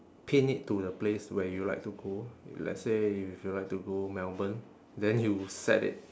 pin it to the place where you'll like to go let's say if you like to go melbourne then you set it